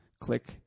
Click